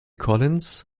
collins